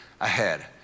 ahead